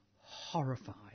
horrified